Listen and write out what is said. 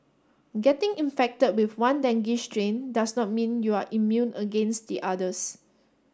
getting infected with one dengue strain does not mean you are immune against the others